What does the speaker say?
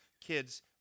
kids